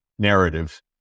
narrative